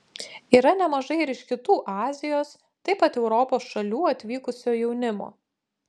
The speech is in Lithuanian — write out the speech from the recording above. yra nemažai ir iš kitų azijos taip pat europos šalių atvykusio jaunimo